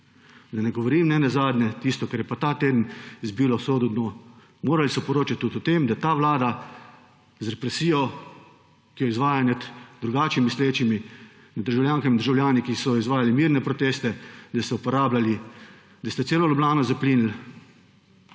Da ne govorim nenazadnje tisto, kar je pa ta teden izbilo sodu dno, morali so poročati tudi o tem, da ta vlada z represijo, ki jo izvaja nad drugače mislečimi, nad državljankami in državljani, ki so izvajali mirne proteste, da ste uporabljali, da ste celo Ljubljano zaplinili,